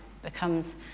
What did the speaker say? Becomes